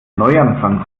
neuanfang